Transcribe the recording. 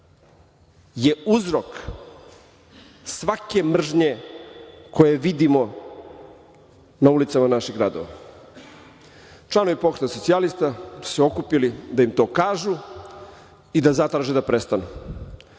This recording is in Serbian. je uzrok svake mržnje koju vidimo na ulicama naših gradova. Članovi Pokreta socijalista su se okupili da im to kažu i da zatraže da prestanu.